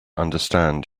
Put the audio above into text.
understand